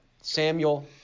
Samuel